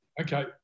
Okay